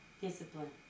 discipline